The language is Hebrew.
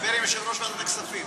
דבר עם יושב-ראש ועדת הכספים.